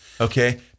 okay